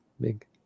big